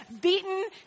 beaten